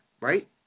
right